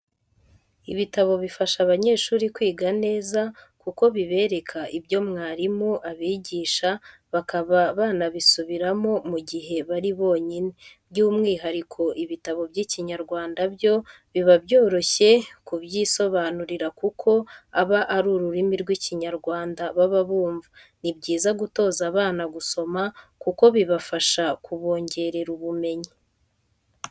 Ibitabo bifasha abanyeshuri kwiga neza kuko bibereka ibyo mwarimu abigisha bakaba banabisubiramo mu gihe bari bonyine, by'umwihariko ibitabo by'Ikinyarwanda byo biba byoroshye kubyisobanurira kuko aba ari ururimi rw'Ikinyarwanda baba bumva, ni byiza gutoza abana gusoma kuko bibafasha kubongerera ubumenyi.